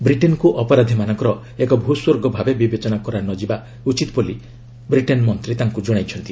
ବ୍ରିଟେନ୍କୁ ଅପରାଧୀମାନଙ୍କର ଏକ ଭୂସ୍ପର୍ଗ ଭାବେ ବିବେଚନା କରାଯିବା ଉଚିତ ନୁହେଁ ବୋଲି ବ୍ରିଟେନ୍ ମନ୍ତ୍ରୀ ତାଙ୍କୁ ଜଣାଇଛନ୍ତି